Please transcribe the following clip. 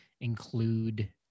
include